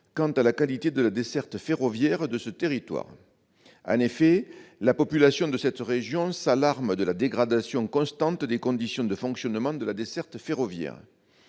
quant à la qualité de la desserte ferroviaire de ce territoire. En effet, la population de cette région s'alarme de la dégradation constante des conditions de fonctionnement de la desserte ferroviaire.